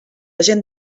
gent